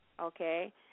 Okay